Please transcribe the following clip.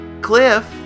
Cliff